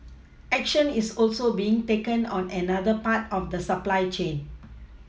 action is also being taken on another part of the supply chain